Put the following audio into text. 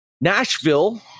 Nashville